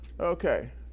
okay